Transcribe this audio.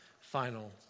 final